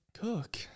cook